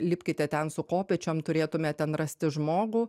lipkite ten su kopėčiom turėtume ten rasti žmogų